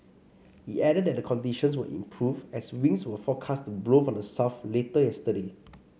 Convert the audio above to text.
it added that conditions would improve as winds were forecast to blow from the south later yesterday